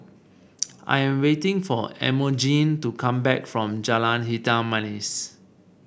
I am waiting for Emogene to come back from Jalan Hitam Manis